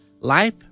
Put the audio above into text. Life